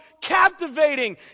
captivating